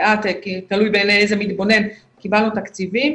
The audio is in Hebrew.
מעט כי תלוי בעיני איזה מתבונן, קיבלנו תקציבים,